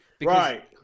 Right